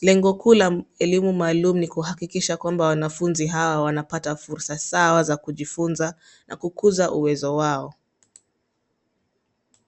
Lengo kuu la elimu maalum ni kuhakikisha kwamba wanafunzi hawa wanapata fursa sawa za kujifunza na kukuza uwezo wao.